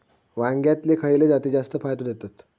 वांग्यातले खयले जाती जास्त फायदो देतत?